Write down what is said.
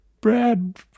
Brad